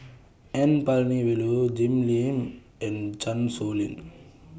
N Palanivelu Jim Lim and Chan Sow Lin